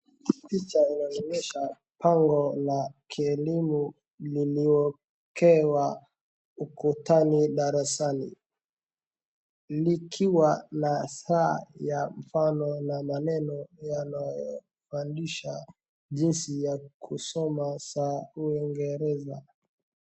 picha linaonyesha bango la kielimu liliowekwa ukutani darasani likiwa ya saa na mfano wa maneno yanayoonyesha jinsi ya kusoma saa kwa kingereza